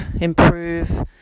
improve